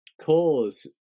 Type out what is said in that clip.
cause